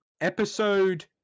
episode